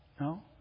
No